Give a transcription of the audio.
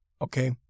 okay